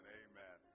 amen